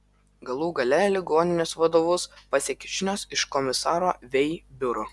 galų gale ligoninės vadovus pasiekė žinios iš komisaro vei biuro